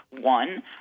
one